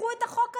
קחו את החוק הזה.